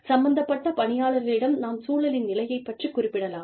சம்பந்தப்பட்ட பணியாளர்களிடம் நாம் சூழலின் நிலையைப் பற்றிக் குறிப்பிடலாம்